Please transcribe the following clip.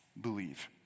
believe